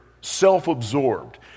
self-absorbed